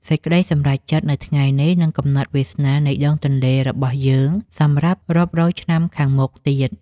សេចក្តីសម្រេចចិត្តនៅថ្ងៃនេះនឹងកំណត់វាសនានៃដងទន្លេរបស់យើងសម្រាប់រាប់រយឆ្នាំខាងមុខទៀត។